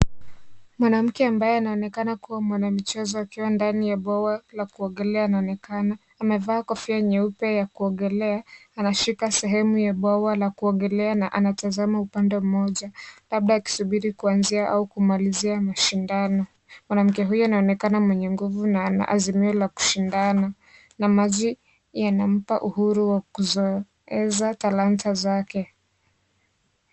Mwanamke ambaye anaonekana kuwa mwanamichezo akiwa ndani ya bwawa la kuogelea; anaonekana amevaa kofia nyeupe ya kuogelea na anatazama upande mmoja labda akisubiri kuanzia au kumalizia mashindano. Mwanamke huyo anaonekana mwenye nguvu na azimio la kushindana na maji yanampa uhuru wa kuzionyesha talanta zake.